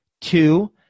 Two